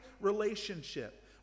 relationship